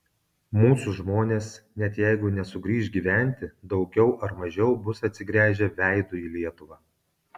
mūsų žmonės net jeigu nesugrįš gyventi daugiau ar mažiau bus atsigręžę veidu į lietuvą